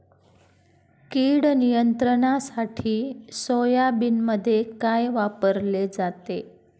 कीड नियंत्रणासाठी सोयाबीनमध्ये काय वापरले जाते?